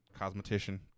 cosmetician